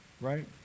right